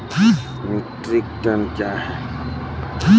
Metric tonne कया हैं?